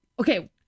Okay